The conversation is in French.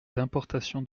d’importation